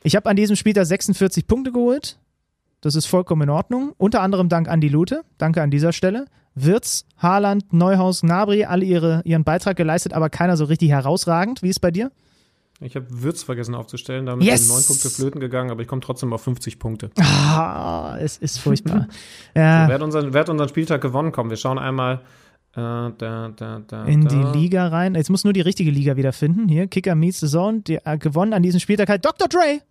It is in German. Ich hab an diesem Spieltag 46 Punkte geholt. Das ist vollkommen in Ordnung. Unter anderem dank Andi Lute. Danke an dieser Stelle. Wirtz, Haaland, Neuhaus, Gnabry, alle ihre- ihren Beitrag geleistet, aber keiner so richtig herausragend. Wie ist bei dir? Ich hab Wirtz vergessen aufzustellen. Damit sind Yes! neun Punkte flöten gegangen, aber ich komm trotzdem auf 50 Punkte. Ah, es ist furchtbar. So, Ja. wer hat unseren- wer hat unseren Spieltag gewonnen? Komm, wir schauen einmal, äh, da, da, da, In die da. Liga rein. Jetzt muss nur die richtige Liga wieder finden. Hier, Kicker Meets Saison, die, äh, gewonnen an diesem Spieltag hat Dr. Dre.